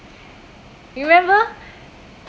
remember